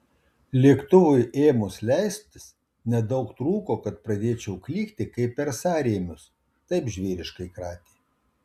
lėktuvui ėmus leistis nedaug trūko kad pradėčiau klykti kaip per sąrėmius taip žvėriškai kratė